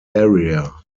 area